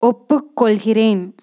ஒப்புக்கொள்கிறேன்